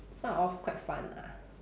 this one are all quite fun ah